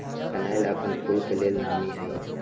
कनइल अप्पन फूल के लेल नामी हइ